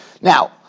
Now